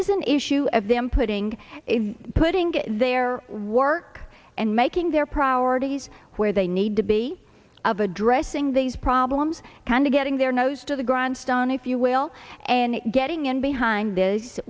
is an issue of them putting putting their work and making their priorities where they need to be of addressing these problems come to getting their nose to the grandstand if you will and getting in behind th